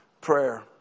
prayer